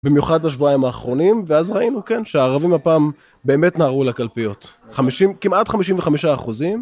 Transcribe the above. במיוחד בשבועיים האחרונים, ואז ראינו כן שהערבים הפעם באמת נהרו לקלפיות. כמעט חמישים וחמישה אחוזים.